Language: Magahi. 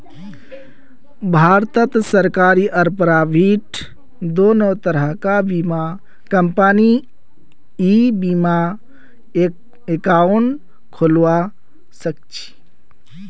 भारतत सरकारी आर प्राइवेट दोनों तरह कार बीमा कंपनीत ई बीमा एकाउंट खोलवा सखछी